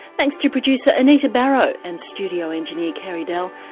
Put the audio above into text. thanks to producer anita barraud and studio engineer carey dell.